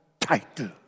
title